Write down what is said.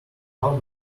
how